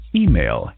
email